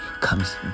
comes